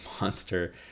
monster